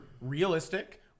realistic